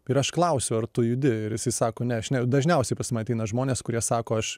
ir aš klausiu ar tu judi ir jisai sako ne aš nejudu dažniausiai pas mane ateina žmonės kurie sako aš